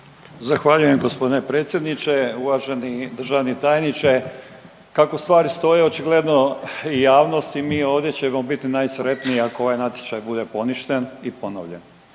Zahvaljujem g. predsjedniče. Uvaženi državni tajniče, kako stvari stoje očigledno javnost i mi ovdje ćemo biti najsretniji ako ovaj natječaj bude poništen i ponovljen.